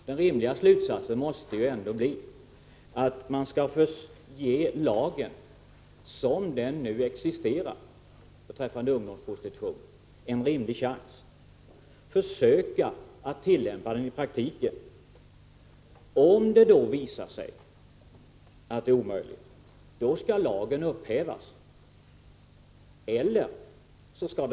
Den rimliga slutsatsen måste bli att lagen, som den nu existerar beträffande ungdomsprostitution, skall ges en rimlig chans att tillämpas i praktiken. Om det visar sig att detta är omöjligt skall lagen upphävas eller förändras.